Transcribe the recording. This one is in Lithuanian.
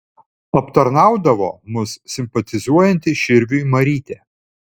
aptarnaudavo mus simpatizuojanti širviui marytė